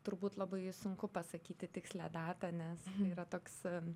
turbūt labai sunku pasakyti tikslią datą nes yra toks